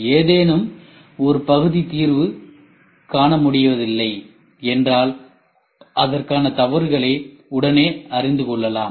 ஏதேனும் ஒரு பகுதிக்கு தீர்வு காண முடியவில்லை என்றால் அதற்கான தவறுகளை உடனே அறிந்து கொள்ளலாம்